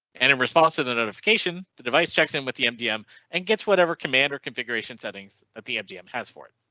and in response to the notification the device checks in with the mdm and gets whatever commander configuration settings at the mgm has for it.